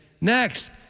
Next